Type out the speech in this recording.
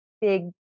big